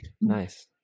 nice